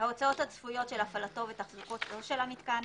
ההוצאות הצפויות של הפעלתו ותחזוקתו של המיתקן,